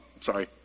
sorry